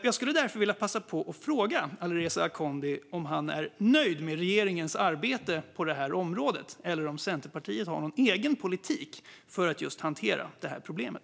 Jag skulle därför vilja passa på att fråga Alireza Akhondi om han är nöjd med regeringens arbete på det här området eller om Centerpartiet har någon egen politik för att hantera just det här problemet.